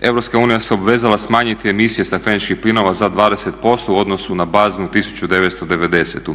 EU se obvezala smanjiti emisije stakleničkih plinova za 20% u odnosu na baznu 1990.